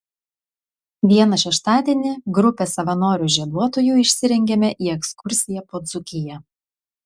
vieną šeštadienį grupė savanorių žieduotojų išsirengėme į ekskursiją po dzūkiją